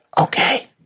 okay